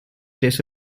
days